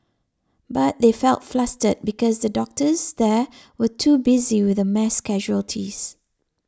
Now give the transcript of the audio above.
but they felt flustered because the doctors there were too busy with the mass casualties